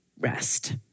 rest